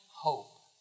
hope